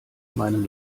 meinem